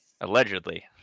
allegedly